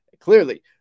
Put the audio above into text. Clearly